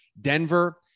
Denver